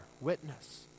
witness